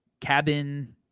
Cabin